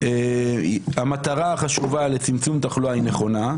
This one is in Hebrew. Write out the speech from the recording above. והמטרה החשובה לצמצום תחלואה היא נכונה.